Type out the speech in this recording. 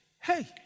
Hey